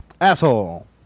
asshole